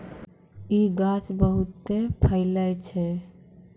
इ गाछ बहुते फैलै छै